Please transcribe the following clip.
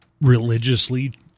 religiously